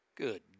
Good